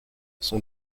son